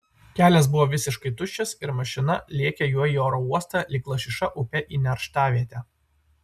kelias buvo visiškai tuščias ir mašina lėkė juo į oro uostą lyg lašiša upe į nerštavietę